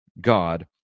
God